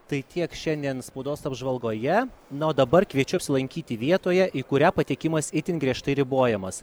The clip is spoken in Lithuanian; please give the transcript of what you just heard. tai tiek šiandien spaudos apžvalgoje na o dabar kviečiu apsilankyti vietoje į kurią patekimas itin griežtai ribojamas